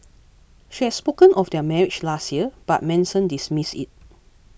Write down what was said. she had spoken of their marriage last year but Manson dismissed it